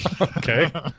Okay